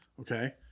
okay